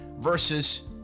versus